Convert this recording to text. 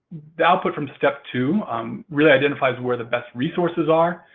the output from step two um really identifies where the best resources are,